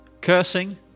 cursing